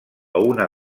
una